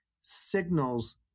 signals